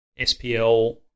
SPL